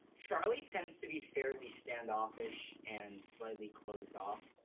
charlie tends to be fairly standoffish and slightly closed off,